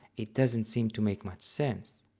it doesn't seem to make much sense.